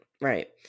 right